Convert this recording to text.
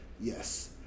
yes